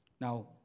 Now